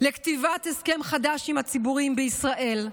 לכתיבת הסכם חדש עם הציבורים בישראל.